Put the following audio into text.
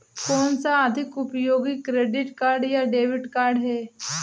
कौनसा अधिक उपयोगी क्रेडिट कार्ड या डेबिट कार्ड है?